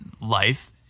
life